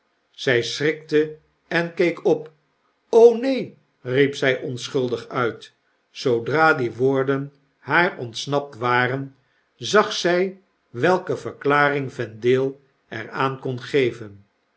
zy schrikte en keek op neen riep zij onschuldig uit zoodra die woorden haar ontsnapt waren zag zy welke verklaring vendale er aan kon geven